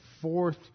fourth